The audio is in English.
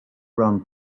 round